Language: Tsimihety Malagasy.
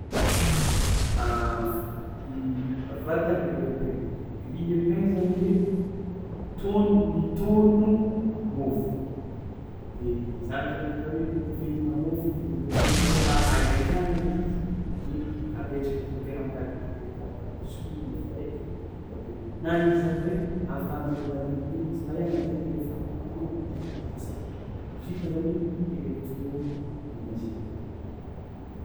I vata grille pain grille pain zany hoe tôgno, mitôgno môfo de zany zany atao kôfa ihignana môfo igny de mbô tiàgna hoe ahiankiagna le izy igny de apetraka ake koa tegna mikareporepoky kara ataon'ny biscuit igny mpôfo araiky rabe na izy zany hoe afahana mba malemilemy izy mahiagna be igny alefa malemilemy de mampiasa io, izy io koa zany electromenager koa zany izy io.